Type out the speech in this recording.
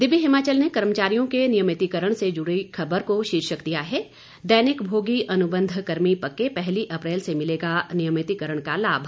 दिव्य हिमाचल ने कर्मचारियों के नियमितीकरण से जुड़ी खबर को शीर्षक दिया है दैनिक भोगी अनुबंध कर्मी पक्के पहली अप्रैल से मिलेगा नियमितीकरण का लाभ